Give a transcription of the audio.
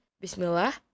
Bismillah